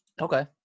Okay